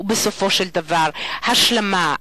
ובסופו של דבר הפיוס.